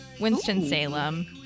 Winston-Salem